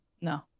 No